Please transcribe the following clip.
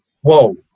whoa